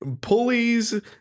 pulleys